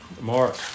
Mark